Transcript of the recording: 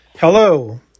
Hello